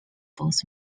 both